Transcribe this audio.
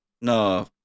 No